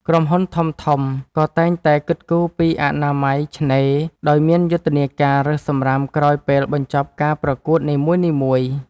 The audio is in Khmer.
ក្រុមហ៊ុនធំៗក៏តែងតែគិតគូរពីអនាម័យឆ្នេរ ដោយមានយុទ្ធនាការរើសសម្រាមក្រោយពេលបញ្ចប់ការប្រកួតនីមួយៗ។